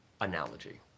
analogy